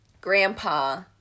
grandpa